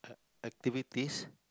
activities